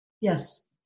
Yes